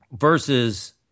Versus